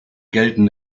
gelten